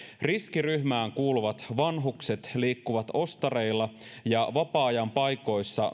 riskiryhmään kuuluvat vanhukset liikkuvat ostareilla ja vapaa ajan paikoissa